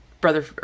brother